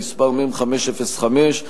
מ/505,